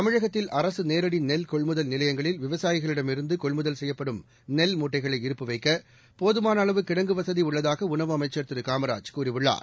தமிழகத்தில் அரசு நேரடி நெல் கொள்முதல் நிலையங்களில் விவசாயிகளிடமிருந்து கொள்முதல் செய்யப்படும் நெல் மூட்டைகளை இருப்பு வைக்க போதுமான அளவு கிடங்கு வசதி உள்ளதாக உணவு அமைச்சர் திரு காமராஜ் கூறியுள்ளார்